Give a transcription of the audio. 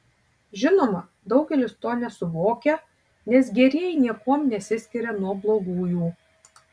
žinoma daugelis to nesuvokia nes gerieji niekuom nesiskiria nuo blogųjų